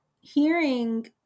hearing